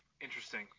Interesting